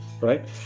right